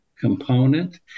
component